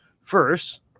First